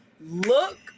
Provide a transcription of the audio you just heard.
look